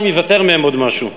אם ייוותר מהם עוד משהו.